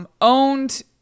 owned